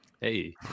Hey